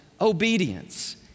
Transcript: obedience